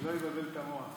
שאנחנו היום התבשרנו עליו.